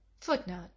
Footnote